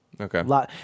Okay